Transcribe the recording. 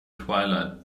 twilight